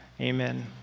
Amen